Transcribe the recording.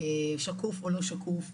שקוף או לא שקוף.